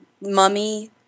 mummy